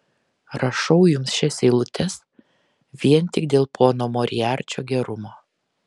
rašau jums šias eilutes vien tik dėl pono moriarčio gerumo